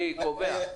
אני קובע,